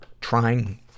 trying